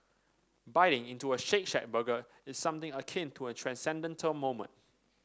biting into a Shake Shack burger is something akin to a transcendental moment